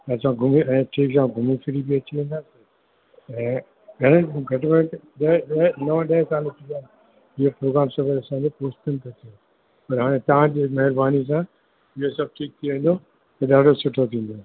असां घुमी ठीक सां घुमी फ़िरी बि अची वेंदासीं ऐं घणे घट में घटि ॾह ॾह नव ॾह साल थी विया इहो असांजो प्रोग्राम पोस्टपोन पियो थिए पर हाणे तव्हांजी महिरबानी सां इहो सभु ठीकु थी वेंदो त ॾाढो सुठो थींदो